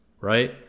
right